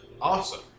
Awesome